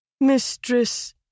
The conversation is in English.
mistress